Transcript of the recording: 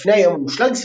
לפני "היום המושלג",